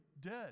dead